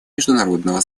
международного